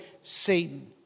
Satan